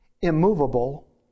immovable